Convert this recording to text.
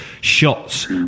shots